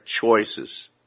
choices